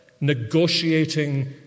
negotiating